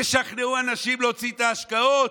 תשכנעו אנשים להוציא את ההשקעות?